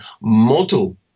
model